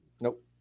Nope